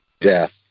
death